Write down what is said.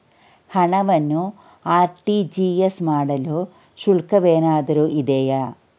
ಹಣವನ್ನು ಆರ್.ಟಿ.ಜಿ.ಎಸ್ ಮಾಡಲು ಶುಲ್ಕವೇನಾದರೂ ಇದೆಯೇ?